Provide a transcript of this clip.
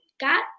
got